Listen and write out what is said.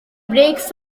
breaks